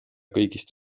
kõigist